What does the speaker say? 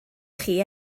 chi